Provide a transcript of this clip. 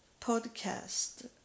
podcast